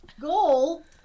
goal